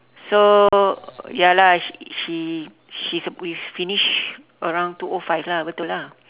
so ya lah she she she supp~ we finish around two O five lah betul ah